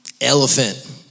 Elephant